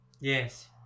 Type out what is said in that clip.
yes